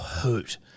hoot